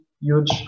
Huge